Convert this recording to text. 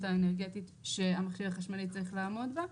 האנרגטית שהמכשיר החשמלי צריך לעמוד בה,